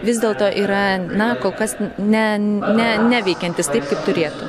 vis dėlto yra na kol kas ne ne neveikiantys taip kaip turėtų